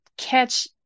catch